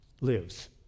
lives